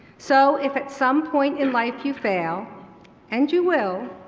so if at some point in life you fail and you will,